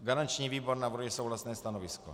Garanční výbor navrhuje souhlasné stanovisko.